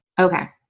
Okay